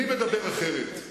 אני מדבר אחרת.